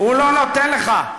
הוא לא נותן לך,